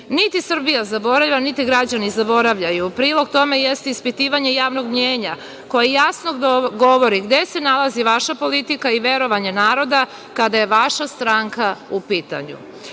Niti Srbija zaboravlja, niti građani zaboravljaju. Prilog tome jeste ispitivanje javnog mnjenja koje jasno govori gde se nalazi vaša politika i verovanje naroda kada je vaša stranaka u pitanju.